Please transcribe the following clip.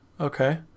Okay